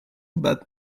bad